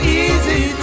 easy